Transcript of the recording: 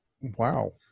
wow